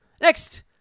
next